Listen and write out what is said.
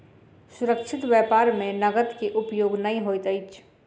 सुरक्षित व्यापार में नकद के उपयोग नै होइत अछि